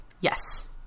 Yes